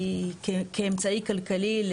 כי, כאמצעי כלכלי.